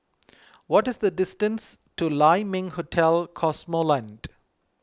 what is the distance to Lai Ming Hotel Cosmoland